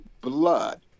blood